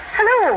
Hello